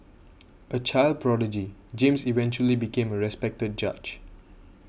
a child prodigy James eventually became a respected judge